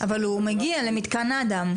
אבל הוא מגיע למתקן אדם.